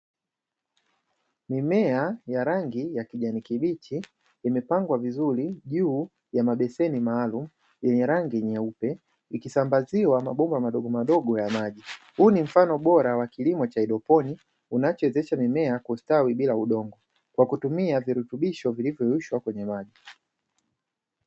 Mimea ya rangi ya kijani kibichi imepangwa vizuri juu ya mabeseni maalumu yenye rangi nyeupe ikisambaziwa mabomba madogo madogo ya maji. Huu ni mfano bora wa kilimo cha haidroponi unachowezesha mimea kustawi bila udongo, kwa kutumia virutubisho vilivyoyeyushwa kwenye maji.